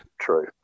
true